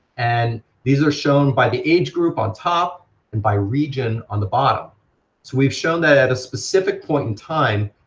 and these are shown by the age group on top and by region on the bottom, so we've show that at a specific point in time,